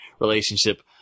relationship